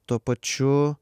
tuo pačiu